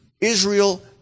Israel